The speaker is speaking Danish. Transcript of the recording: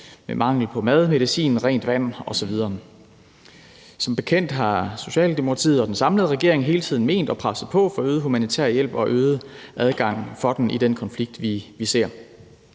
med mangel på mad, medicin, rent vand osv. Som bekendt har Socialdemokratiet og den samlede regering hele tiden ment det og presset på for en øget humanitær hjælp og en øget adgang for den i den konflikt, vi ser.